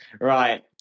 Right